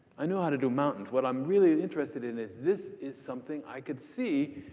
i know how to do mountains. what i'm really interested in is this is something i could see,